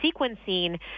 sequencing